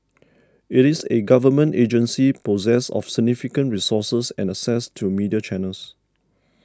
it is a Government agency possessed of significant resources and access to media channels